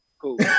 cool